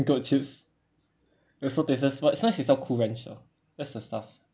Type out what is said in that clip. sprinkled chips it was so tasteless but sometimes they sell cool ranch also that's the stuff